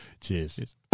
Cheers